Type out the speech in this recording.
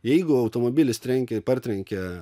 jeigu automobilis trenkia ir partrenkia